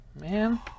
Man